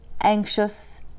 anxious